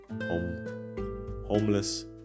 homeless